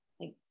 like-